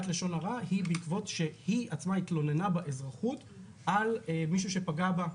שהייתה בעקבות זה שהיא עצמה התלוננה באזרחות על מישהו שפגע בה,